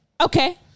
Okay